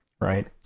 right